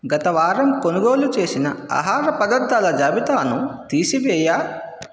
గత వారం కొనుగోలు చేసిన ఆహార పదార్థాల జాబితాను తీసివేయ